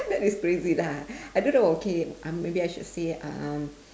that is crazy lah I don't know okay um maybe I should say um